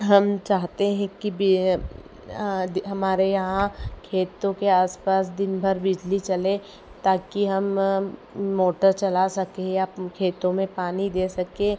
हम चाहते हैं कि दे हमारे यहाँ खेतों के आस पास दिन भर बिजली चले ताकि हम मोटर चला सकें या खेतों में पानी दे सकें